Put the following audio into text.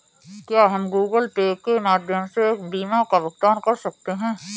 क्या हम Google Pay के माध्यम से बीमा का भुगतान कर सकते हैं?